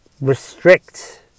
restrict